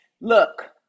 look